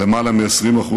ביותר מ-20%,